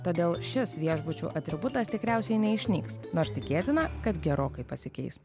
todėl šis viešbučių atributas tikriausiai neišnyks nors tikėtina kad gerokai pasikeis